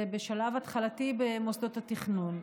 זה בשלב התחלתי במוסדות התכנון.